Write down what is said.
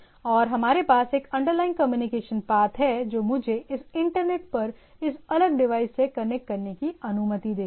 और हमारे पास एक अंडरलाइन कम्युनिकेशन पाथ है जो मुझे इस इंटरनेट पर इस अलग डिवाइस से कनेक्ट करने की अनुमति देता है